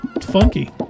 funky